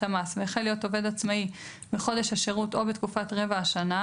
המס והחל להיות עובד עצמאי בחודש השירות או בתקופת רבע השנה,